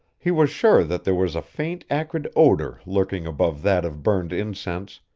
he was sure that there was a faint, acrid odor lurking above that of burned incense,